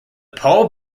paul